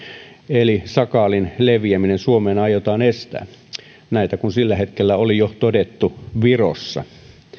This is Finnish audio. eli sakaalin leviäminen suomeen aiotaan estää näitä kun sillä hetkellä oli jo todettu virossa